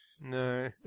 No